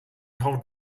haut